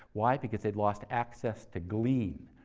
why? because they'd lost access to glean,